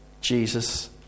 Jesus